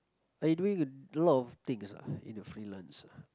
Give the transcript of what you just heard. eh you doing a lot of things ah in the freelance ah